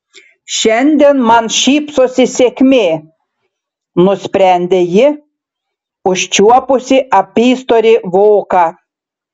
šiandien man šypsosi sėkmė nusprendė ji užčiuopusi apystorį voką